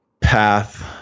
path